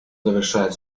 завершает